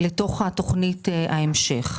לתוך תוכנית ההמשך.